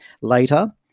Later